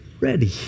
ready